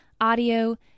audio